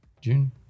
June